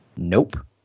Nope